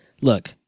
look